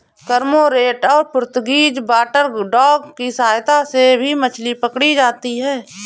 cormorant और Portuguese water dog की सहायता से भी मछली पकड़ी जाती है